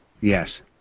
yes